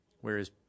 whereas